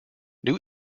new